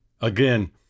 Again